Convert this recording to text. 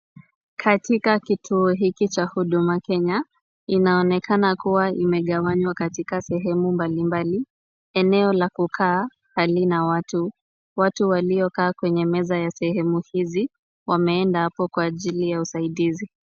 Katika kituo hiki cha huduma Kenya inaonekana kuwa imekawanya katika sehemu mbalimbali eneo la kukaa halina watu. Watu walikaa kwenye meza ya sehemu hizi wameenda hapo kwa ajili ya usaidizi.